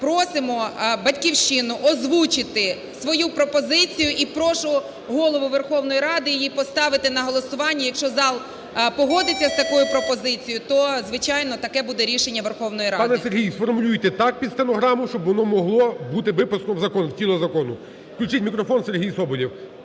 просимо "Батьківщину" озвучити свою пропозицію і прошу Голову Верховної Ради її поставити на голосування. Якщо зал погодиться з такою пропозицією, то, звичайно, таке буде рішення Верховної Ради. ГОЛОВУЮЧИЙ. Пане Сергій, сформулюйте так під стенограму, щоб воно могло бути виписано в законі, в тіло закону. Включіть мікрофон. Сергій Соболєв.